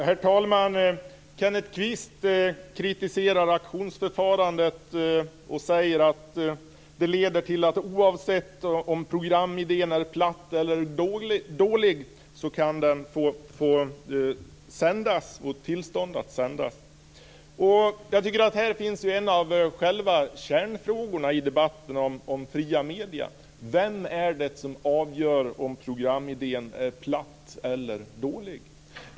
Herr talman! Kenneth Kvist kritiserar auktionsförfarandet. Han säger att det leder till att oavsett om programidén är platt eller dålig kan man få tillstånd att sända. Här finns en av kärnfrågorna i debatten om fria medier. Vem är det som avgöra om programidén är platt eller dålig?